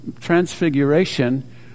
Transfiguration